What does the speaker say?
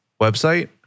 website